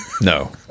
No